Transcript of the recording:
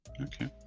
Okay